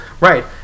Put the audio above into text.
Right